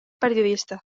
periodista